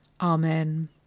Amen